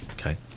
Okay